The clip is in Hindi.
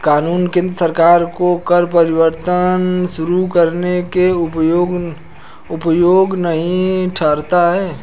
कानून केंद्र सरकार को कर परिवर्तन शुरू करने से अयोग्य नहीं ठहराता है